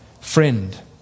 Friend